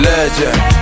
Legend